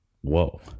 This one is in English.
whoa